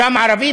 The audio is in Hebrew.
שם ערבי,